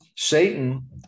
Satan